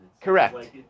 correct